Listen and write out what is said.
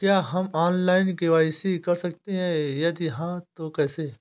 क्या हम online KYC कर सकते हैं यदि हाँ तो कैसे?